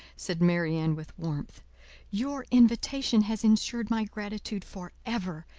said marianne, with warmth your invitation has insured my gratitude for ever,